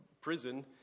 prison